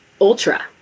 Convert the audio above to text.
ultra